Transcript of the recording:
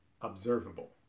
observable